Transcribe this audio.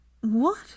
What